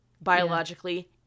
biologically